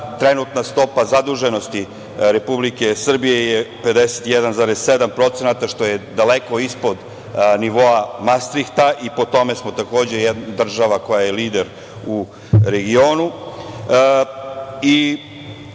Trenutna stopa zaduženosti Republike Srbije je 51,7%, što je daleko ispod nivoa Mastrihta i po tome smo država koja je lider u regionu.